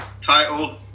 Title